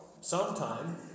Sometime